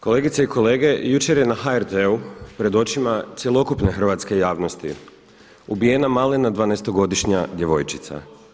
Kolegice i kolege, jučer je na HRT-u pred očima cjelokupne hrvatske javnosti ubijena malena 12-godišnja djevojčica.